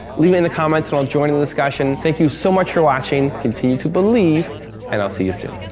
leave it in the comments and i'll join in the discussion. thank you so much for watching. continue to believe and i'll see you soon.